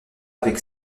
avec